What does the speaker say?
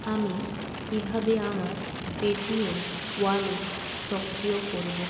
আমি কীভাবে আমার পেটিএম ওয়ালেট সক্রিয় করবো